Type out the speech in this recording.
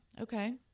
Okay